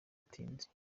dutinze